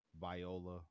Viola